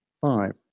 five